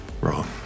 Wrong